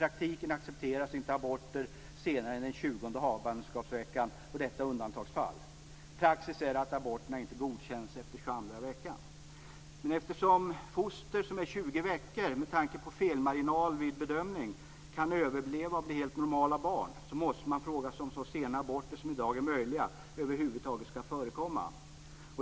I praktiken accepteras inte aborter senare än den tjugonde havandeskapsveckan; detta i undantagsfall. Praxis är att aborter inte godkänns efter tjugoandra veckan. Eftersom foster som är 20 veckor gamla, med tanke på felmarginal vid bedömning, kan överleva och utvecklas till helt normala barn måste man fråga sig om så sena aborter som i dag är möjliga över huvud taget skall förekomma.